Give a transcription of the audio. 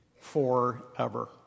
forever